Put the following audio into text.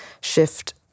shift